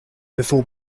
before